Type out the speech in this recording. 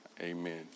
amen